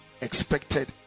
expected